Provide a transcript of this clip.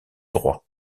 droit